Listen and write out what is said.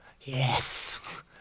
Yes